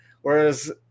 Whereas